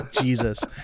Jesus